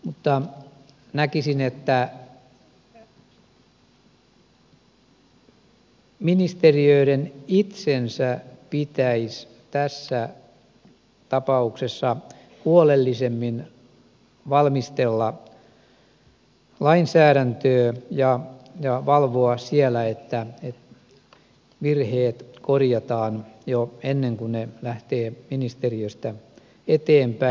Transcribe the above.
mutta näkisin että ministeriöiden itsensä pitäisi tässä tapauksessa huolellisemmin valmistella lainsäädäntöä ja valvoa siellä että virheet korjataan jo ennen kuin ne lähtevät ministeriöstä eteenpäin